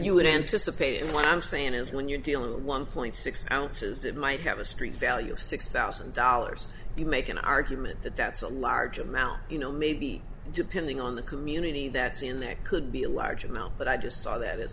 you would anticipate what i'm saying is when you're dealing with one point six ounces it might have a street value of six thousand dollars you make an argument that that's a large amount you know maybe depending on the community that's in that could be a large amount but i just saw that i